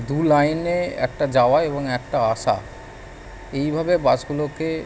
দু লাইনে একটা যাওয়া এবং একটা আসা এইভাবে বাসগুলোকে